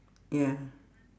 ya